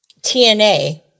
TNA